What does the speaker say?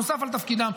נוסף על תפקידם,